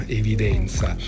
evidenza